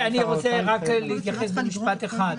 אני רוצה להתייחס במשפט אחד.